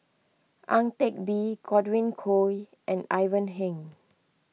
Ang Teck Bee Godwin Koay and Ivan Heng